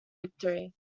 victory